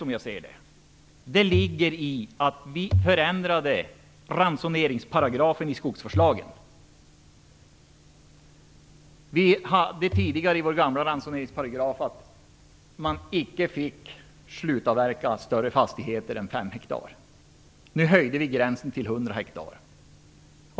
Som jag ser det ligger problemet i förändringen av ransoneringsparagrafen i skogsvårdslagen. Tidigare fick man icke slutavverka större fastigheter än 5 hektar. Nu höjdes gränsen till 100 hektar.